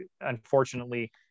unfortunately